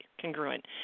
congruent